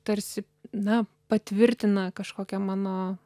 tarsi na patvirtina kažkokią mano